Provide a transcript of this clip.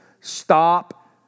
Stop